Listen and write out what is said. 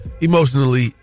emotionally